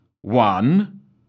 one